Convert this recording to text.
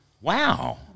Wow